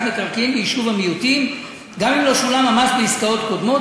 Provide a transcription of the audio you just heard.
מקרקעין ביישוב מיעוטים גם אם לא שולם המס בעסקאות קודמות.